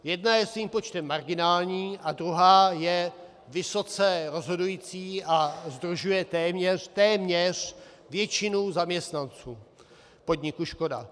Jedna je svým počtem marginální a druhá je vysoce rozhodující a sdružuje téměř téměř většinu zaměstnanců podniku Škoda.